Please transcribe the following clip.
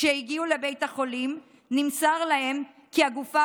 כשהגיעו לבית החולים נמסר להם כי הגופה